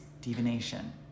divination